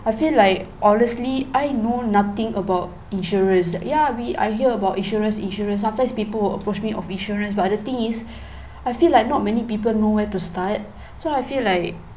I feel like honestly I know nothing about insurance ya I heard about insurance insurance sometimes people will approach me of insurance but the thing is I feel like not many people know where to start so I feel like